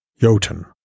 Jotun